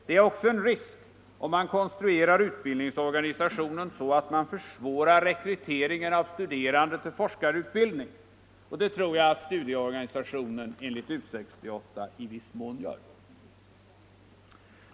Det är också en risk om man konstruerar utbildningsorganisationen så att man försvårar rekryteringen av studerande till forskarutbildning, och det tror jag att studieorganisationen enligt U 68 i viss mån gör.